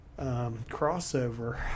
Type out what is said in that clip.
crossover